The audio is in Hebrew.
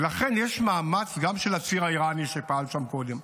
ולכן יש מאמץ גם של הציר האיראני שפעל שם קודם,